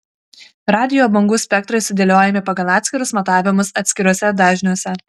radijo bangų spektrai sudėliojami pagal atskirus matavimus atskiruose dažniuose